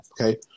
okay